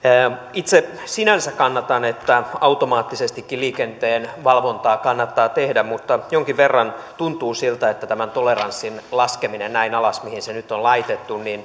itse sinänsä kannatan että automaattisestikin liikenteen valvontaa kannattaa tehdä mutta jonkin verran tuntuu siltä että tämän toleranssin laskeminen näin alas mihin se nyt on laitettu